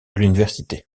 l’université